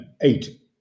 eight